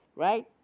Right